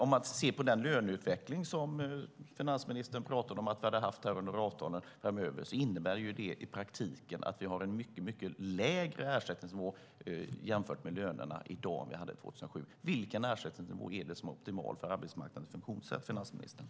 Om man ser på den löneutveckling finansministern pratade om att vi har haft innebär det dock i praktiken att vi har en mycket lägre ersättningsnivå jämfört med lönerna i dag än vad vi hade 2007. Vilken ersättningsnivå är det som är optimal för arbetsmarknadens funktionssätt, finansministern?